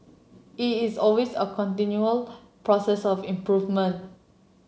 it is always a continual process of improvement